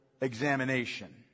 examination